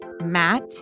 Matt